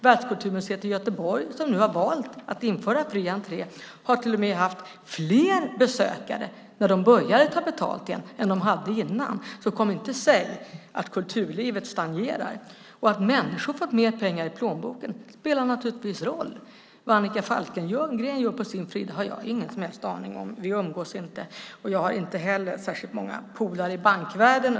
Världskulturmuseet i Göteborg, som nu har valt att införa fri entré, har till och med haft fler besökare när de började ta betalt igen än de hade innan det. Så kom inte och säg att kulturlivet stagnerar. Att människor har fått pengar i plånboken spelar naturligtvis roll. Vad Annika Falkengren gör på sin fritid har jag ingen som helst aning om. Vi umgås inte, och jag har inte heller särskilt många polare i bankvärlden.